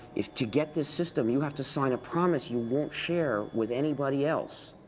if to get the system, you have to sign a promise you won't share with anybody else.